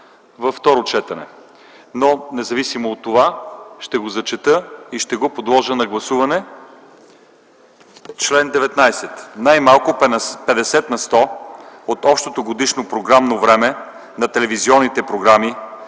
на второ четене. Независимо от това ще го прочета и ще го подложа на гласуване: „Чл. 19а. (1) Най-малко 50 на сто от общото годишно програмно време на телевизионните програми,